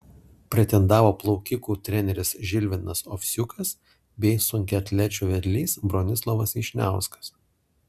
pretendavo plaukikų treneris žilvinas ovsiukas bei sunkiaatlečių vedlys bronislovas vyšniauskas